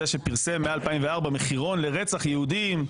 זה שפרסם מ-2004 מחירון לרצח יהודים,